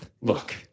Look